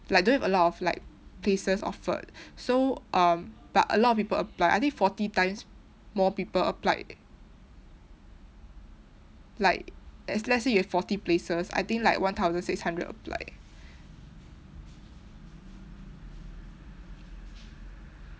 like don't have a lot of like places offered so um but a lot of people applied I think forty times more people applied like as let's say you have forty places I think like one thousand six hundred applied